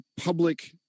public